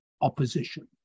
opposition